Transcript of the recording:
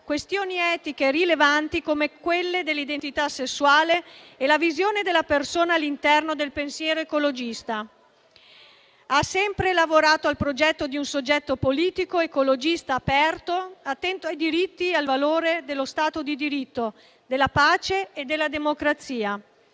questioni etiche rilevanti come quelle dell'identità sessuale e della visione della persona all'interno del pensiero ecologista. Ha sempre lavorato al progetto di un soggetto politico ecologista aperto, attento ai diritti e al valore dello Stato di diritto, della pace e della democrazia.